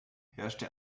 herrschte